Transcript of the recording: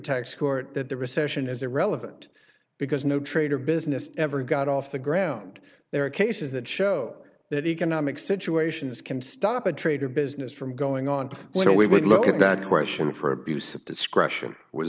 tax court that the recession is irrelevant because no trade or business ever got off the ground there are cases that show that economic situations can stop a trader business from going on so we would look at that question for abuse of discretion was